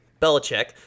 Belichick